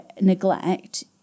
neglect